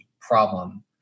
problem